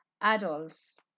adults